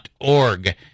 org